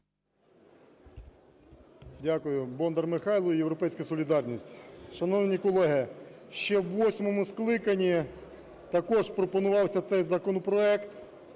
Дякую. Бондар Михайло, "Європейська солідарність". Шановні колеги, ще у восьмому скликанні також пропонувався цей законопроект,